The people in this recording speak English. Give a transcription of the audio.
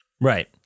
Right